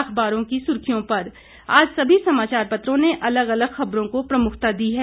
अखबारों की सुर्खियों आज सभी समाचार पत्रों ने अलग अलग खबरों को प्रमुखता दी है